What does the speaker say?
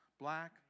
Black